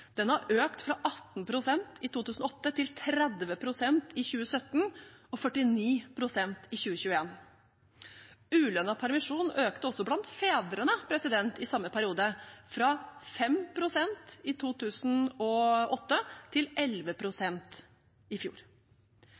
har økt fra 18 pst. i 2008 til 30 pst. i 2017 og 49 pst. i 2021. Ulønnet permisjon økte også blant fedrene i samme periode, fra 5 pst. i 2008 til 11 pst. i fjor.